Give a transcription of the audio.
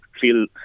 feel